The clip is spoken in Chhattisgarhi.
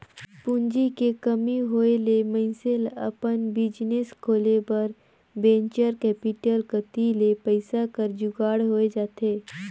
पूंजी के कमी होय ले मइनसे ल अपन बिजनेस खोले बर वेंचर कैपिटल कती ले पइसा कर जुगाड़ होए जाथे